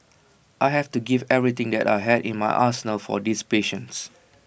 I have to give everything that I had in my arsenal for these patients